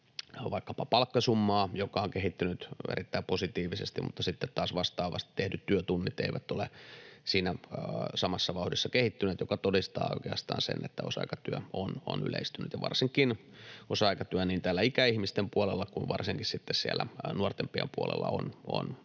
vaikkapa palkkasummaa, joka on kehittynyt erittäin positiivisesti, sitten taas vastaavasti tehdyt työtunnit eivät ole siinä samassa vauhdissa kehittyneet, mikä todistaa oikeastaan sen, että osa-aikatyö on yleistynyt ja varsinkin osa-aikatyö niin ikäihmisten puolella kuin nuorempien puolella on entisestään yleistynyt.